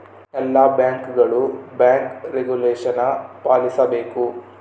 ಎಲ್ಲ ಬ್ಯಾಂಕ್ಗಳು bank regulation ಪಾಲಿಸಬೇಕು